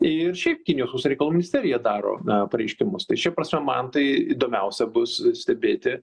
ir šiaip kinijos užsienio reikalų ministerija daro pareiškimus tai šia prasme man tai įdomiausia bus stebėti